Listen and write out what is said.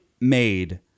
made